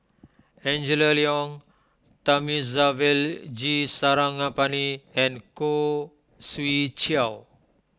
Angela Liong Thamizhavel G Sarangapani and Khoo Swee Chiow